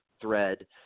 thread